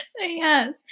Yes